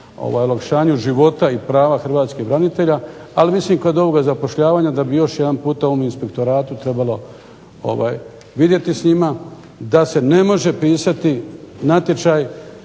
olakšanju života i prava hrvatskih branitelja. Ali mislim kod ovoga zapošljavanja da bi još jedan puta u ovom inspektoratu trebalo vidjeti s njima da se ne može pisati natječaj